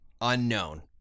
unknown